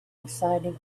exciting